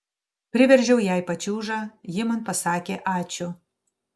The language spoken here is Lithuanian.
priveržiau jai pačiūžą ji man pasakė ačiū